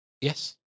Yes